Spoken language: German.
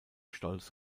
stolz